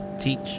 teach